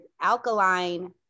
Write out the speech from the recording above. alkaline